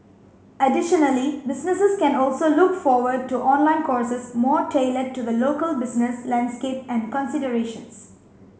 additionally businesses can also look forward to online courses more tailored to the local business landscape and considerations